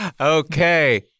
Okay